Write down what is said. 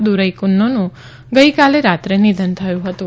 દુરઇકન્નું ગઇકાલે રાત્રે નિધન થયું હતું